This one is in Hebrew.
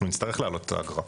אנחנו נצטרך להעלות את האגרה.